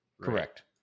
Correct